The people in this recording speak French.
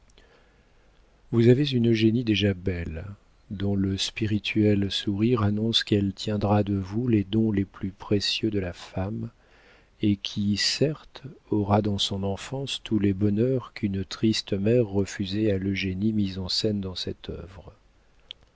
vous avez une eugénie déjà belle dont le spirituel sourire annonce qu'elle tiendra de vous les dons les plus précieux de la femme et qui certes aura dans son enfance tous les bonheurs qu'une triste mère refusait à l'eugénie mise en scène dans cette œuvre